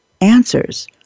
answers